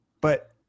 But-